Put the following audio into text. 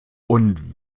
und